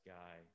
guy